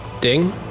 Ding